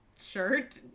shirt